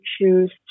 choose